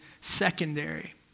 secondary